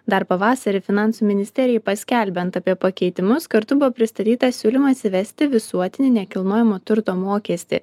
dar pavasarį finansų ministerijai paskelbiant apie pakeitimus kartu buvo pristatytas siūlymas įvesti visuotinį nekilnojamo turto mokestį